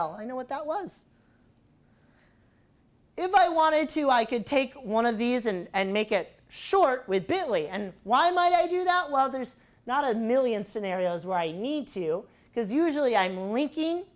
r l i know what that was if i wanted to i could take one of these and make it short with billy and why might i do that well there's not a million scenarios where i need to because usually i'm linking